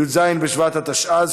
י"ז בשבט התשע"ז,